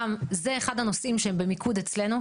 זה אחד הנושאים שנמצאים במיקוד אצלנו,